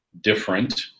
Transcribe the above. different